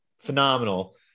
phenomenal